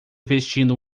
vestindo